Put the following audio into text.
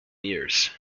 years